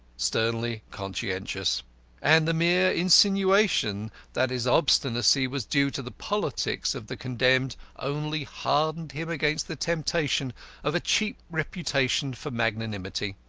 sternly conscientious and the mere insinuation that his obstinacy was due to the politics of the condemned only hardened him against the temptation of a cheap reputation for magnanimity.